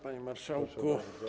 Panie Marszałku!